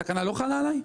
התקנה לא חלה עליי?